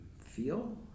feel